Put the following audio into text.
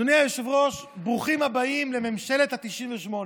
אדוני היושב-ראש, ברוכים הבאים לממשלת ה-98.